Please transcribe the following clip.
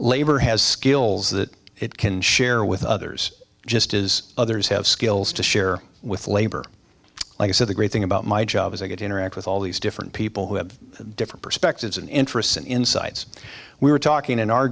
labor has skills that it can share with others just as others have skills to share with labor like i said the great thing about my job is i could interact with all these different people who have different perspectives and interests and insights we were talking in our